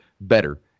better